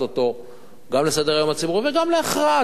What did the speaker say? אותו גם לסדר-היום הציבורי וגם להכרעה.